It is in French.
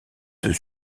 deux